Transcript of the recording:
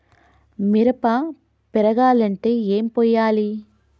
మిరప పెరగాలంటే ఏం పోయాలి?